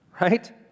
Right